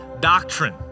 doctrine